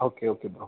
okay okay bro